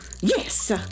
Yes